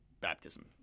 baptism